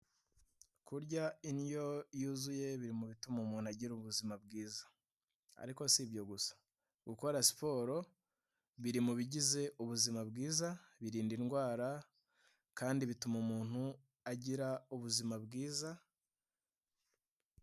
Kurya indyo yuzuye biri mu bituma umuntu agira ubuzima bwiza ariko si ibyo gusa gukora siporo biri mu bigize ubuzima bwiza, birinda indwara kandi bituma umuntu agira ubuzima bwiza.